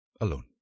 alone